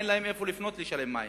אין להם לאן לפנות לשלם על המים,